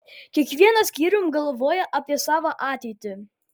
kiekvienas skyrium galvoja apie savo ateitį